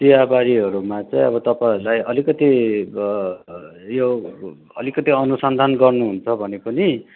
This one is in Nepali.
चियाबारीहरूमा चाहिँ अब तपाईँहरूलाई अलिकति यो अलिकति अनुसन्धान गर्नु हुन्छ भने पनि